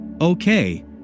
Okay